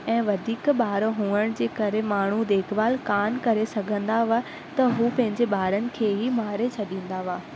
ऐं वधीक ॿार हुजण जे करे माण्हू देखभाल कोन करे सघंदा हुआ त उहे पंहिंजे ॿारन खे ई मारे छॾींदा हुआ